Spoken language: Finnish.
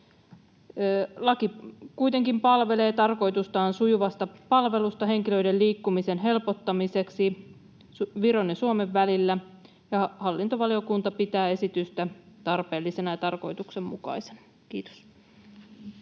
Laki kuitenkin palvelee tarkoitustaan sujuvasta palvelusta henkilöiden liikkumisen helpottamiseksi Viron ja Suomen välillä. Hallintovaliokunta pitää esitystä tarpeellisena ja tarkoituksenmukaisena. — Kiitos.